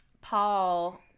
Paul